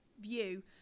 view